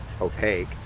opaque